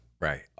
Right